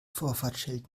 vorfahrtsschild